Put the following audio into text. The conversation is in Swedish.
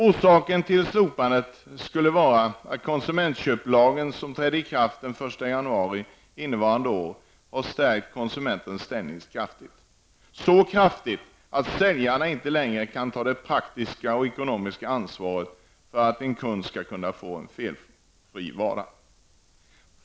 Orsaken till slopandet skulle vara att konsumentköplagen som trädde i kraft den 1 januari innevarande år har stärkt konsumenternas ställning kraftigt -- så kraftigt att säljarna inte längre kan ta det praktiska och ekonomiska ansvaret för att en kund skall kunna få en felfri vara.